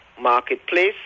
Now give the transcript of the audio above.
Marketplace